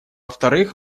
вторых